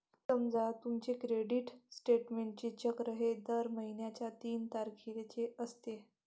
समजा तुमचे क्रेडिट स्टेटमेंटचे चक्र हे दर महिन्याच्या तीन तारखेचे असते